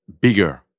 bigger